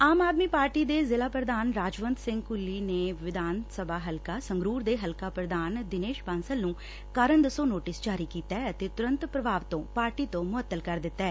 ਆਮ ਆਦਮੀ ਪਾਰਟੀ ਦੇ ਜ਼ਿਲ਼ਾ ਪ੍ਰਧਾਨ ਰਾਜਵੰਤ ਸਿੰਘ ਘੁੱਲੀ ਨੇ ਵਿਧਾਨ ਸਭਾ ਹਲਕਾ ਸੰਗਰੁਰ ਦੇ ਹਲਕਾ ਪੁਧਾਨ ਦਿਨੇਸ਼ ਬਾਂਸਲ ਨੂੰ ਕਾਰਨ ਦੱਸੋ ਨੋਟਿਸ ਜਾਰੀ ਕੀਤੈ ਅਤੇ ਤਰੰਤ ਪੁਭਾਵ ਤੋਂ ਪਾਰਟੀ ਤੋਂ ਮੁਅੱਤਲ ਕਰ ਦਿੱਤੈ